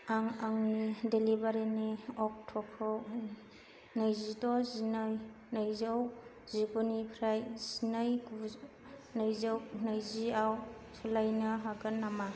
आं आंनि डिलिभारिनि अक्ट'खौ नैजिद' जिनै नैजौ जिगुनिफ्राय जिनै गु नैजौ नैजिआव सोलायनो हागोन नामा